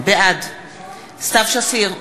בעד סתיו שפיר,